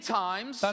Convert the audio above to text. times